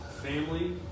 family